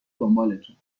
دنبالتون